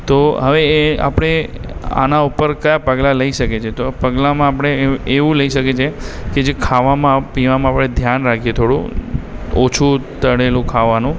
તો હવે એ આપણે આના ઉપર કયા પગલાં લઈ શકીએ છે તો પગલામાં આપણે એવું લઈ શકીએ છે જે ખાવામાં પીવામાં હવે ધ્યાન રાખીએ થોડું ઓછું તળેલું ખાવાનું